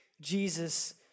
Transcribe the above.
Jesus